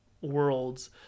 worlds